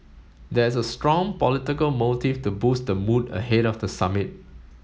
there is a strong political motive to boost the mood ahead of the summit